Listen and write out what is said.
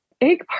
Egg